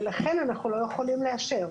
ולכן אתם לא יכולים לאשר,